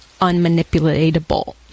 unmanipulatable